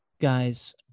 Guys